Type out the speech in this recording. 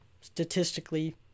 Statistically